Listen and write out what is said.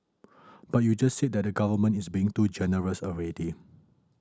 but you just said that the government is being too generous already